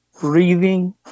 breathing